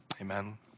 Amen